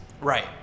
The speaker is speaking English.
Right